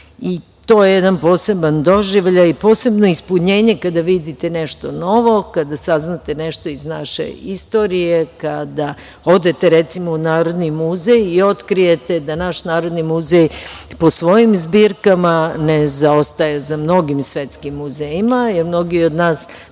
To je jedan poseban doživljaj, posebno ispunjenje kada vidite nešto novo, kada saznate nešto iz naše istorije. Kada odete recimo u Narodni muzej i otkrijete da naš Narodni muzej po svojim zbirkama ne zaostaje za mnogim svetskim muzejima, jer mnogi od nas